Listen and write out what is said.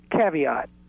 caveat